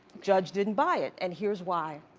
judge didn't buy it and here's why,